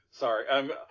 sorry